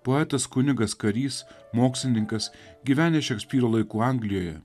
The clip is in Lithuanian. poetas kunigas karys mokslininkas gyvenęs šekspyro laikų anglijoje